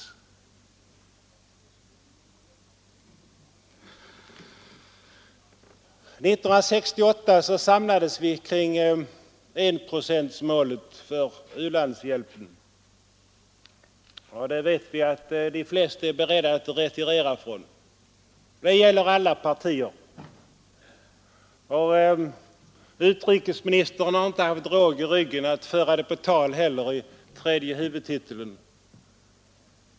År 1968 samlades vi kring enprocentsmålet för u-landshjälpen. Det vet vi att de flesta är beredda att retirera från, och det gäller alla partier. Vår utrikesminister har inte heller haft nog råg i ryggen för att föra det på tal i tredje huvudtiteln av statsverkspropositionen.